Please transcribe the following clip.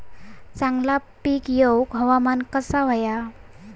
चांगला पीक येऊक हवामान कसा होया?